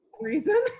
reason